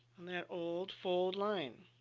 on that old fold line.